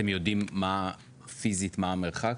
אתם יודעים פיזית מה המרחק?